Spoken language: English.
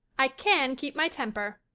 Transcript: i can keep my temper.